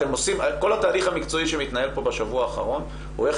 כל התהליך המקצועי שמתנהל פה בשבוע האחרון הוא איך